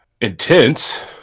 intense